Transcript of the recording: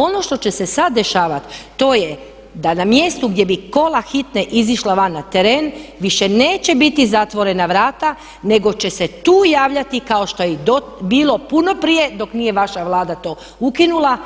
Ono što će se sad dešavati to je da na mjestu gdje bi kola hitne izašla van na teren više neće biti zatvorena vrata nego će se tu javljati kao što je i bilo puno prije dok nije vaša Vlada to ukinula